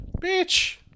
Bitch